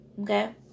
Okay